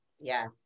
yes